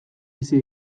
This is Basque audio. bizi